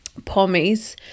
pommies